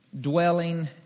dwelling